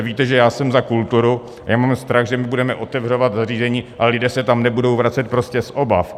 Víte, že já jsem za kulturu, a mám strach, že budeme otevírat zařízení, ale lidé se tam nebudou vracet prostě z obav.